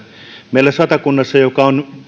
meillä satakunnassa joka on